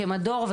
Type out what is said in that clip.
כמדור,